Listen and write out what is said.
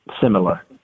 similar